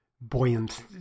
buoyant